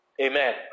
Amen